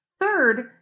Third